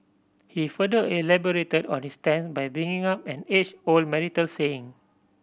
he further elaborated on his stance by bringing up an age old marital saying